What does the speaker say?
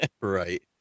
Right